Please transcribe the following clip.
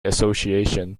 association